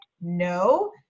no